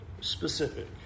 specific